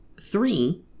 three